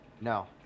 No